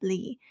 Lee